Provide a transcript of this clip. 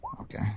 Okay